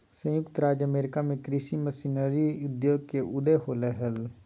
संयुक्त राज्य अमेरिका में कृषि मशीनरी उद्योग के उदय होलय हल